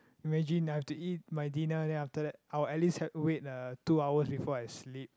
imagine I have to eat my dinner then after that I will at least wait uh two hours before I sleep